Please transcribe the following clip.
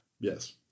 yes